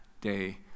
day